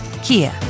Kia